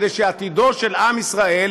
כדי שעתידו של עם ישראל,